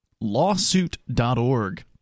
lawsuit.org